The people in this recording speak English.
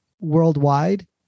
worldwide